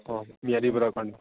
অঁ ম্যাদি পট্টাৰ কাৰণে